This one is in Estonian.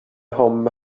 homme